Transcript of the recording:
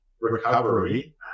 recovery